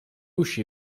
uscì